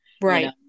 Right